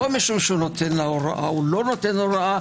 הוא לא נותן לה הוראה.